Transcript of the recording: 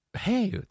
Hey